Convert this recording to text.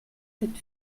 cette